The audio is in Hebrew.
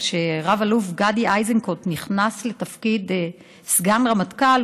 כשרב-אלוף גדי איזנקוט נכנס לתפקיד סגן רמטכ"ל,